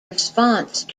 response